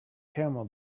camel